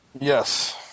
Yes